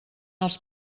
els